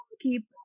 keep